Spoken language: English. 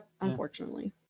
unfortunately